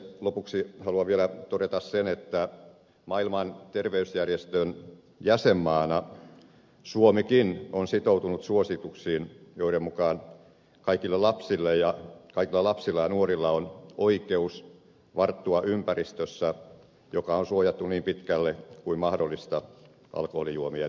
lopuksi haluan vielä todeta sen että maailman terveysjärjestön jäsenmaana suomikin on sitoutunut suosituksiin joiden mukaan kaikilla lapsilla ja nuorilla on oikeus varttua ympäristössä joka on suojattu niin pitkälle kuin mahdollista alkoholijuomien markkinoinnilta